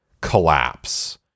collapse